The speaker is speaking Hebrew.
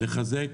לחזק